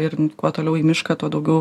ir kuo toliau į mišką tuo daugiau